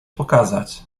pokazać